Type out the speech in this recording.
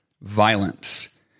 violence